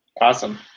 Awesome